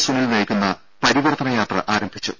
സുനിൽ നയിക്കുന്ന പരിവർത്തനയാത്ര ആരംഭിച്ചു